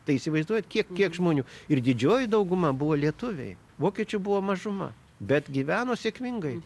tai įsivaizduojat kiek kiek žmonių ir didžioji dauguma buvo lietuviai vokiečių buvo mažuma bet gyveno sėkmingai